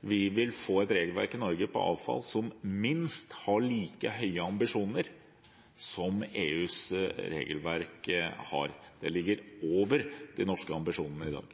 vi vil få et regelverk i Norge for avfall, og som har minst like høye ambisjoner som EUs regelverk? Det ligger over de norske ambisjonene i dag.